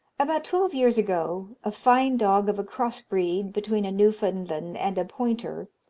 about twelve years ago a fine dog of a cross-breed, between a newfoundland and a pointer,